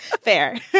Fair